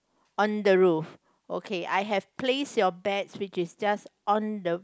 on the roof okay I have place your bets which is just on the